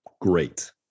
great